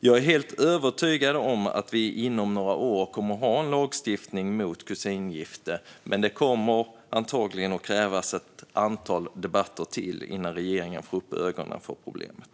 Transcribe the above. Jag är helt övertygad om att vi inom några år kommer att ha en lagstiftning mot kusingifte, men det kommer antagligen att krävas ytterligare ett antal debatter innan regeringen får upp ögonen för problemet.